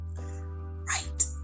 right